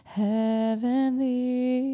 heavenly